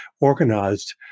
organized